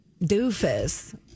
doofus